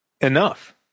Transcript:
enough